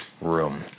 room